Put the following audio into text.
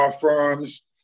firms